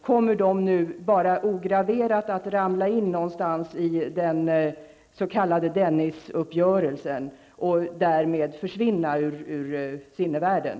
Kommer dessa pengar ograverat att så att säga ramla in någonstans i den s.k. Dennisuppgörelsen och därmed försvinna ur sinnevärlden?